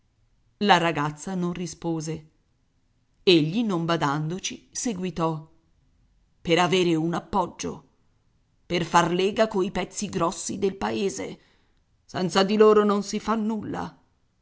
la ragazza non rispose egli non badandoci seguitò per avere un appoggio per far lega coi pezzi grossi del paese senza di loro non si fa nulla